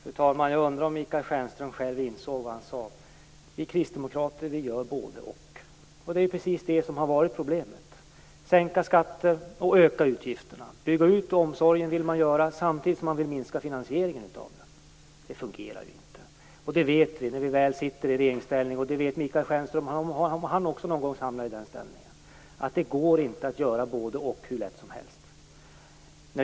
Fru talman! Jag undrar om Michael Stjernström själv insåg vad han sade: Vi kristdemokrater gör både-och. Det är precis det som har varit problemet: att man sänkt skatter och ökat utgifterna. Man vill bygga ut omsorgen samtidigt som man vill minska finansieringen av den. Det fungerar ju inte. Det vet man när man väl sitter i regeringsställning. Det skulle också Michael Stjernström veta, om också han någon gång skulle hamna i den ställningen. Det går inte att göra både-och hur lätt som helst.